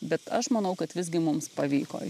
bet aš manau kad visgi mums pavyko